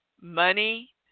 money